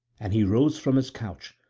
and he rose from his couch,